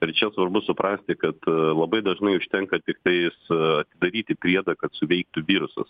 ir čia svarbu suprasti kad labai dažnai užtenka tiktais atidaryti priedą kad suveiktų virusas